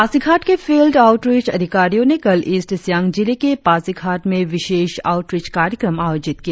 पासीघाट के field outreach अधिकारियों ने कल ईस्ट सियांग जिले के पासीघाट में विशेष आउटरिच कार्यक्रम आयोजित किया